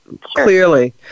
clearly